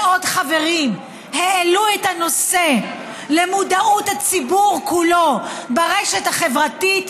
ועוד חברים העלו את הנושא למודעות הציבור כולו ברשת החברתית,